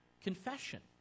confession